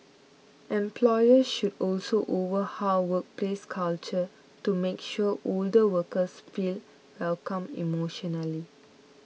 employers should also overhaul workplace culture to make sure older workers feel welcome emotionally